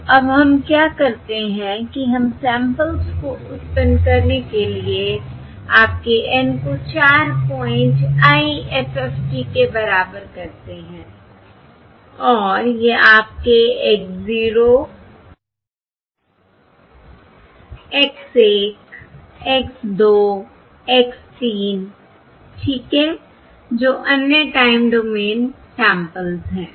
तो अब हम क्या करते हैं कि हम सैंपल्स को उत्पन्न करने के लिए आपके N को 4 पॉइंट IFFT के बराबर करते हैं और ये आपके x 0 x 1 x 2 x 3 ठीक हैं जो अन्य टाइम डोमेन सैंपल्स हैं